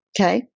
Okay